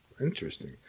Interesting